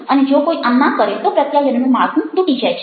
અને જો કોઈ આમ ના કરે તો પ્રત્યાયનનું માળખું તૂટી જાય છે